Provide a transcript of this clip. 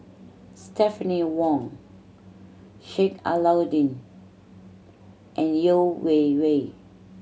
Stephanie Wong Sheik Alau'ddin and Yeo Wei Wei